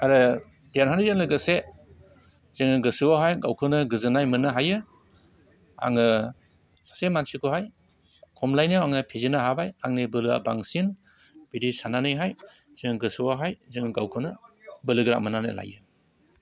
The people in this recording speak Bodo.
आरो देरहानायजों लोगोसे जोङो गोसोआवहाय गावखौनो गोजोननाय मोननो हायो आङो सासे मानसिखौहाय खमलायनायाव आङो फेजेननो हाबाय आंनि बोलोआ बांसिन बिदि साननानैहाय जों गोसोआवहाय जों गावखोनो बोलोगोरा मोननानै लायो